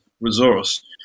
resource